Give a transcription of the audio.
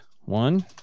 one